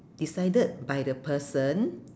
decided by the person